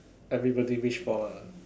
everybody wish for ah